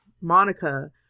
Monica